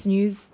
News